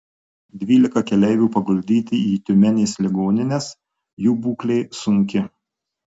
dvylika keleivių paguldyti į tiumenės ligonines jų būklė sunki